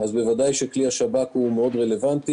בוודאי כלי השב"כ מאוד רלוונטי,